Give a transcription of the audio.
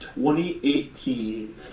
2018